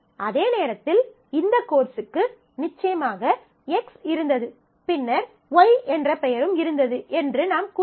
அதே நேரத்தில் இந்த கோர்ஸுக்கு நிச்சயமாக X இருந்தது பின்னர் Y என்ற பெயரும் இருந்தது என்று நாம் கூறவில்லை